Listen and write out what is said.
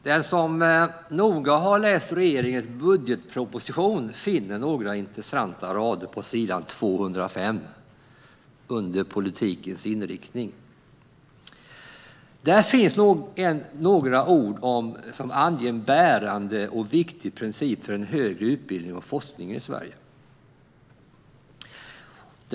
Fru talman! Den som noga läser regeringens budgetproposition finner några intressanta rader på s. 205 under avsnittet Politikens inriktning . Där finns några ord som anger en bärande och viktig princip för högre utbildning och forskning i Sverige.